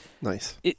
nice